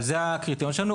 אבל זה הקריטריון שלנו,